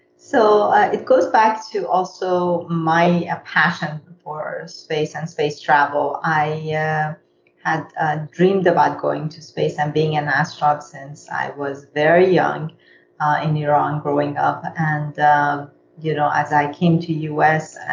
so, it goes back to also my passion for space and space travel. i yeah had ah dreamed about going to space and being an astronaut since i was very young in iran growing up. and you know as i came to us